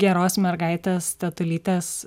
geros mergaitės tetulytes